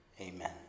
Amen